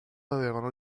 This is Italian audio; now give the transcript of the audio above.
avevano